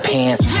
Pants